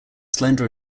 slender